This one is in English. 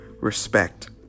respect